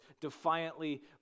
defiantly